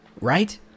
Right